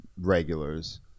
regulars